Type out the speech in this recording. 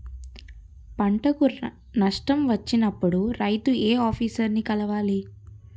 పంటకు నష్టం వచ్చినప్పుడు రైతు ఏ ఆఫీసర్ ని కలవాలి?